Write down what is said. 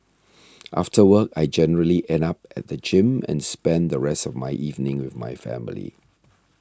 after work I generally end up at the gym and spend the rest of my evening with my family